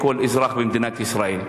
לכל אזרח במדינת ישראל.